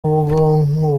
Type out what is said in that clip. ubwonko